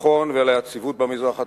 לביטחון וליציבות במזרח התיכון,